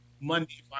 Monday